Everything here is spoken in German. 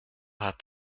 hat